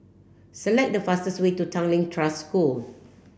select the fastest way to Tangling Trust School